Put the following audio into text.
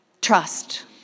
trust